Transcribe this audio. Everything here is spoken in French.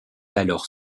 alors